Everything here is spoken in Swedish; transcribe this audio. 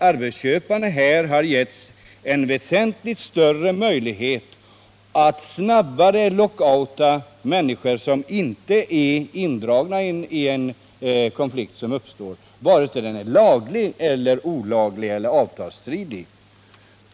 Arbetsköparna har här getts en väsentligt större möjlighet att snabbare lockouta människor som inte är indragna i en konflikt som uppstår, vare sig den är laglig, olaglig eller avtalsstridig.